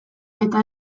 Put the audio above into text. eta